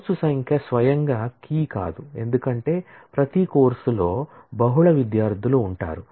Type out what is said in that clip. course సంఖ్య స్వయంగా key కాదు ఎందుకంటే ప్రతి కోర్సులో బహుళ విద్యార్థులు ఉంటారు